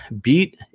beat